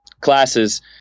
classes